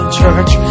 church